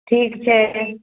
ठीक छै